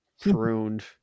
Pruned